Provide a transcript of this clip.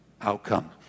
outcome